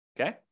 Okay